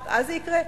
רק אז זה יקרה?